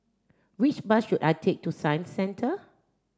which bus should I take to Science Centre